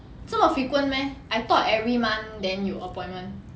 这么 frequent meh I thought every month then you appointment